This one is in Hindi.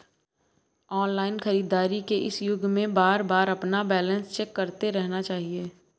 ऑनलाइन खरीदारी के इस युग में बारबार अपना बैलेंस चेक करते रहना चाहिए